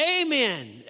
Amen